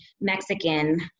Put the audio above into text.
Mexican